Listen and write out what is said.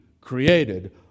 created